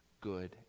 good